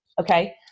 Okay